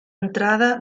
entrada